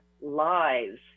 lives